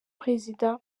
perezida